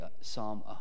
Psalm